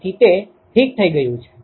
તેથી તે ઠીક થઈ ગયું છે